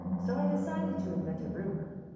so i decided to invent a rumor.